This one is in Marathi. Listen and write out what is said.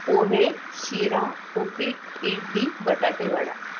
पोहे शिरा उपीट इडली बटाटे वडा